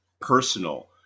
personal